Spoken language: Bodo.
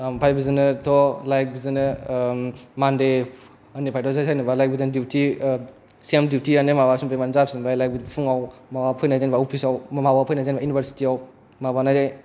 ओमफ्राय बिदिनो थ' लाइक बिदिनो मान्दे निफ्राय थ' जेन'बा लाइक बिदिनो दिउथि सेम दिउथि यानो माबाफिन जाफिनबाय लाइक फुंआव माबा फैनाय जेन'बा अफिस आव माबाफोर फैनाय जेन'बा इउनिभारसिटि आव माबानाय जायो